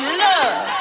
love